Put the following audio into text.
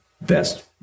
best